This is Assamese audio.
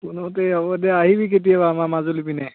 ফোনতেই হ'ব দে আহিবি কেতিয়াবা আমাৰ মাজুলী পিনে